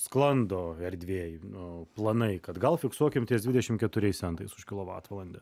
sklando erdvėj nu planai kad gal fiksuokim ties dvidešim keturiais centais už kilovatvalandę